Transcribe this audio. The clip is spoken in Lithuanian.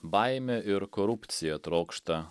baime ir korupcija trokšta